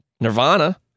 Nirvana